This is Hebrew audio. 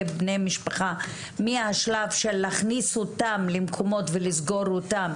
בני משפחה מהשלב של להכניס אותם למקומות ולסגור אותם,